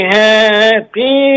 happy